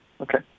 Okay